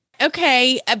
Okay